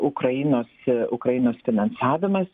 ukrainos ukrainos finansavimas